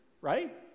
right